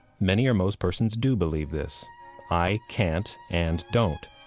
many or most persons do believe this i can't and don't.